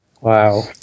Wow